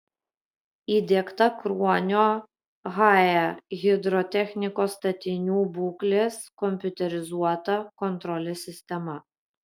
įdiegta kruonio hae hidrotechnikos statinių būklės kompiuterizuota kontrolės sistema